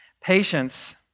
Patience